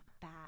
bad